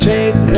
Take